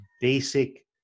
basic